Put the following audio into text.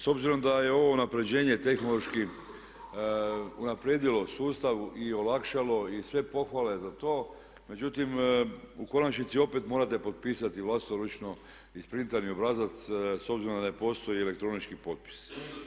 S obzirom da je ovo unapređenje tehnološki unaprijedilo sustav i olakšalo i sve pohvale za to, međutim u konačnici opet morate potpisati vlastoručno isprintani obrazac s obzirom da ne postoji elektronički potpis.